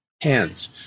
hands